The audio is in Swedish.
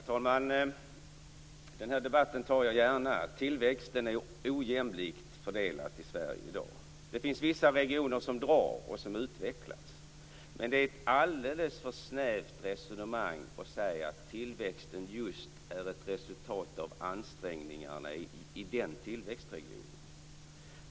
Herr talman! Den här debatten tar jag gärna. Tillväxten är ojämlikt fördelad i Sverige i dag. Det finns vissa regioner som drar och som utvecklas. Men det är ett alldeles för snävt resonemang att säga att tillväxten just är ett resultat av ansträngningarna i de tillväxtregionerna.